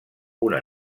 una